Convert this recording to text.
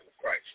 Christ